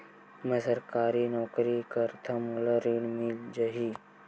मै सरकारी नौकरी करथव मोला ऋण मिल जाही?